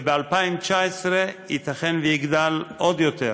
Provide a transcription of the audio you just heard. וב-2019 ייתכן שיגדל עוד יותר,